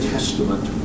Testament